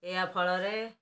ଏହା ଫଳରେ